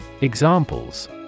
Examples